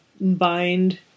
bind